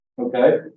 Okay